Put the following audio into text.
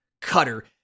cutter